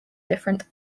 different